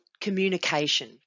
communication